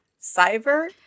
Cyber